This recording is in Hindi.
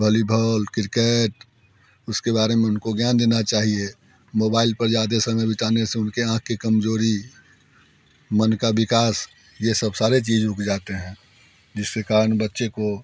बॉलीभॉल क्रिकेट उसके बारे में उनको ज्ञान देना चाहिए मोबाइल पर ज़्यादा समय बिताने से उनके आँख की कमज़ोरी मन का विकास ये सब सारे चीज़ रुक जाते हैं जिससे कारण बच्चे को